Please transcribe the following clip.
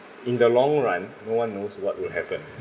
in the long run no one knows what will happen